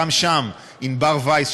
ושם גם לענבר וייס,